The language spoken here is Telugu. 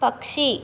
పక్షి